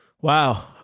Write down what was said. Wow